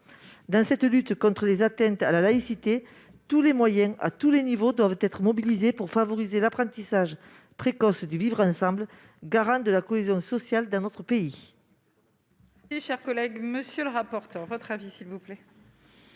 Dans cette lutte contre les atteintes à la laïcité, tous les moyens, à tous les niveaux, doivent être mobilisés pour favoriser l'apprentissage précoce du vivre ensemble, garant de la cohésion sociale dans notre pays.